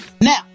Now